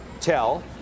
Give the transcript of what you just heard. tell